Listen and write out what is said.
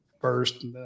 first